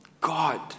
God